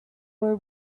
were